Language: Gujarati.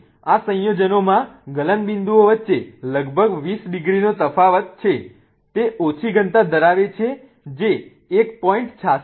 તેથી આ સંયોજનોના ગલનબિંદુઓ વચ્ચે લગભગ 20 ડિગ્રી નો તફાવત છે તે ઓછી ઘનતા ધરાવે છે જે 1